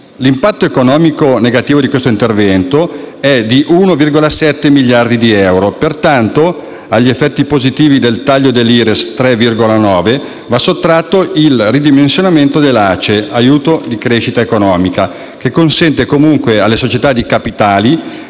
L'impatto economico negativo di questo intervento è di 1,7 miliardi di euro. Pertanto, agli effetti positivi del taglio dell'IRES di 3,9 miliardi va sottratto il ridimensionamento dell'Aiuto di crescita economica (ACE), che consente, comunque, alle società di capitali